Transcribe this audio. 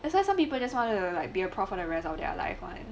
that's why some people that's why err like they will prof the rest of their life [one]